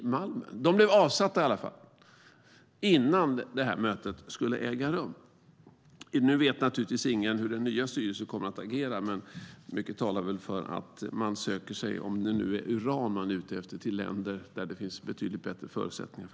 Styrelsen avsattes i alla fall innan mötet skulle äga rum. Nu vet naturligtvis ingen hur den nya styrelsen kommer att agera, men mycket talar för att man söker sig, om det är uran man är ute efter, till länder där det finns betydligt bättre förutsättningar.